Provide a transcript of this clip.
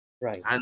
Right